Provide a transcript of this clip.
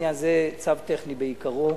זה צו טכני בעיקרו.